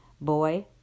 Boy